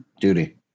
duty